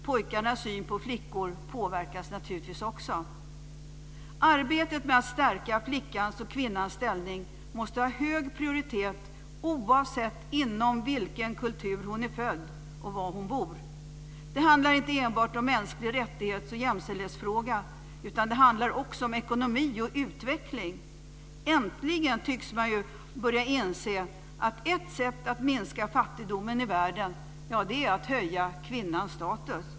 Pojkarnas syn på flickor påverkas naturligtvis också. Arbetet med att stärka flickans och kvinnans ställning måste ha hög prioritet oavsett inom vilken kultur som hon är född och var hon bor. Det handlar inte enbart om en människorätts och jämställdhetsfråga, utan det handlar också om ekonomi och utveckling. Äntligen tycks man börja inse att ett sätt att minska fattigdomen i världen är att höja kvinnans status.